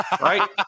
Right